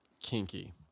Kinky